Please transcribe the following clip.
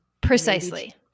precisely